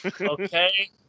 Okay